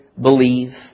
believe